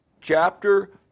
chapter